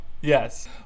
Yes